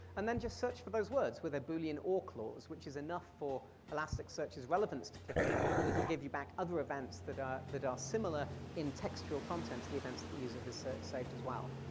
and then just search for those words with a boolean or clause, which is enough for elasticsearch's relevance to kick in. and it'll give you back other events that are that are similar in textual contents to the events that the user has saved as well.